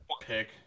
pick